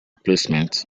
placement